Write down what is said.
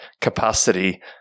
capacity